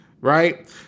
right